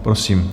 Prosím.